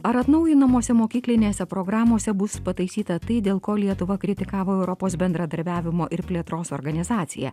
ar atnaujinamose mokyklinėse programose bus pataisyta tai dėl ko lietuvą kritikavo europos bendradarbiavimo ir plėtros organizacija